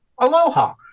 Aloha